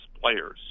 players